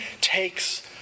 takes